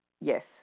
Yes